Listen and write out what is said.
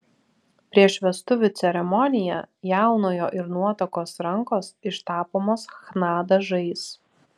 prieš vestuvių ceremoniją jaunojo ir nuotakos rankos ištapomos chna dažais